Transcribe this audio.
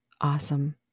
Awesome